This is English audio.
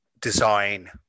design